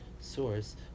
source